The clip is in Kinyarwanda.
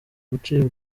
gucibwa